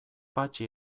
patxi